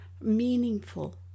meaningful